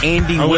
Andy